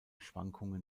schwankungen